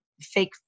fake